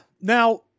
Now